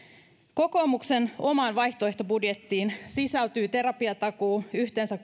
kokoomuksen omaan vaihtoehtobudjettiin sisältyy terapiatakuu yhteensä